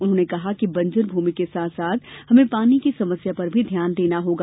उन्होंने कहा कि बंजर भूमि के साथ साथ हमें पानी की समस्या पर भी ध्यान देना होगा